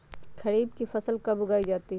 खरीफ की फसल कब उगाई जाती है?